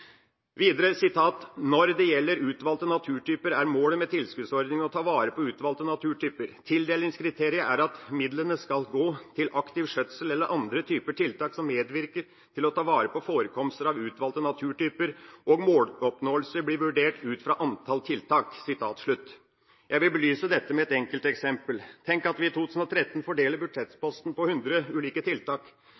Når det gjelder utvalgte naturtyper, er målet med tilskuddsordningen å ta vare på utvalgte naturtyper. Tildelingskriteriet er at midlene skal gå til aktiv skjøtsel eller andre typer tiltak som medvirker til å ta vare på forekomster av utvalgte naturtyper, og måloppnåelse blir vurdert ut fra antall tiltak.» Jeg vil belyse dette med et enkelt eksempel. Tenk at vi i 2013 fordeler